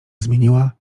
zmieniła